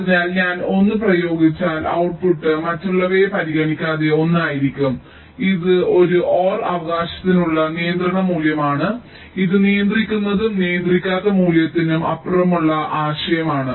അതിനാൽ ഞാൻ 1 പ്രയോഗിച്ചാൽ ഔട്ട്പുട്ട് മറ്റുള്ളവയെ പരിഗണിക്കാതെ 1 ആയിരിക്കും ഇത് ഒരു OR അവകാശത്തിനുള്ള നിയന്ത്രണ മൂല്യമാണ് ഇത് നിയന്ത്രിക്കുന്നതിനും നിയന്ത്രിക്കാത്ത മൂല്യത്തിനും അപ്പുറമുള്ള ആശയമാണ്